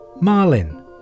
Marlin